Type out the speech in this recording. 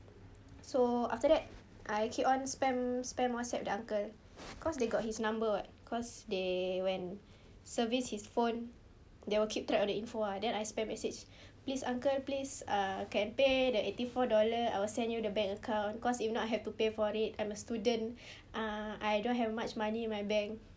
so after that I keep on spam spam whatsapp the uncle cause they got his number [what] cause they when service his phone they will keep track of the info ah then I spam message please uncle please uh can pay the eighty four dollar I will send you the bank account cause if not I have to pay for it I'm a student ah I don't have much money in my bank